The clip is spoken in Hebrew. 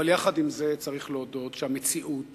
אבל עם זה צריך להודות שהמציאות